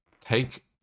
take